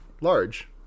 Large